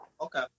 Okay